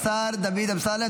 השר דוד אמסלם,